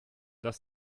das